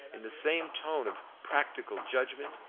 in the same tone of practical judgment,